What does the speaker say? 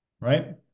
Right